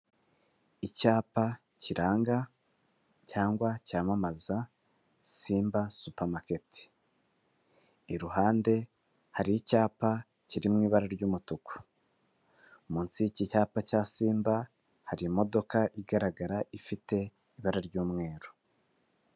Icyapa kiranga cyangwa cyamamaza Simba supamaketi, iruhande hari icyapa kiri mu ibara ry'umutuku, munsi y'iki cyapa cya simba hari imoko igaragara ifite ibara ry'umweru.